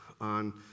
on